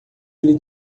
ele